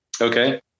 Okay